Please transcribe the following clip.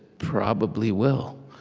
probably will.